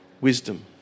wisdom